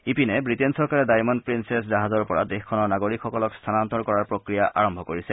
ৱিটেইনৰ চৰকাৰে diamond princess জাহাজৰ পৰা দেশখনৰ নাগৰিকসকলক স্থানান্তৰ কৰাৰ প্ৰক্ৰিয়া আৰম্ভ কৰিছে